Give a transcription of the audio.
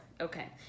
Okay